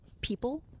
people